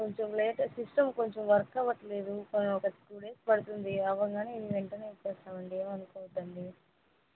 కొంచెం late system కొంచెం work అవ్వట్లేదు కొంచెం టూ డేస్ పడుతుంది అవంగానే వెంటనే ఇచ్చేస్తామండి ఏమ అనుకోకండి